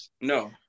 no